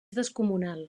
descomunal